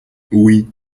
oui